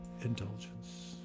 indulgence